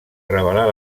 revelar